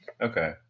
okay